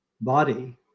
body